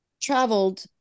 traveled